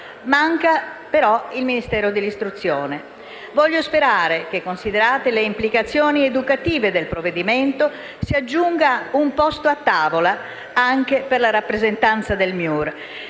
manca però il Ministero dell'istruzione. Voglio sperare che, considerate le implicazioni educative del provvedimento, si aggiunga un posto a tavola anche per una rappresentanza del MIUR